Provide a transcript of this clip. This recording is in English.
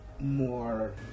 more